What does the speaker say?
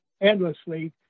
endlessly